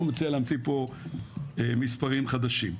אני לא מציע להמציא פה מספרים חדשים.